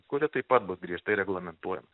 kuri taip pat bus griežtai reglamentuojama